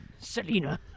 Selena